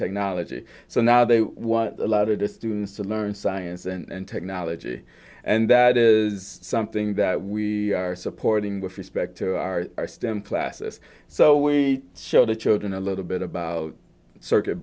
technology so now they want a lot of the students to learn science and technology and that is something that we are supporting with respect to our stem classes so we show the children a little bit about circuit